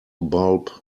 bulb